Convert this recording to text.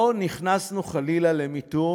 לא נכנסנו, חלילה, למיתון,